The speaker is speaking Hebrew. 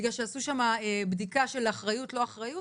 בגלל שעשו שם בדיקה של אחריות, לא אחריות?